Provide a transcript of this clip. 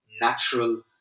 natural